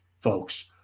folks